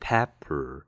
Pepper